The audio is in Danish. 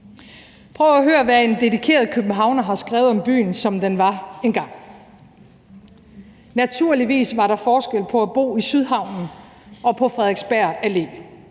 Prøv at høre, hvad en dedikeret københavner har skrevet om byen, som den var engang: »Naturligvis var der forskel på at bo i Sydhavnen og på Frederiksberg Allé,